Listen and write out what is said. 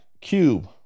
Cube